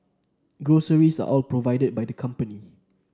groceries are all provided by the company